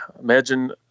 imagine